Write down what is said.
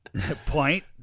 Point